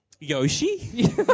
Yoshi